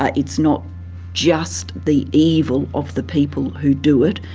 ah it's not just the evil of the people who do it,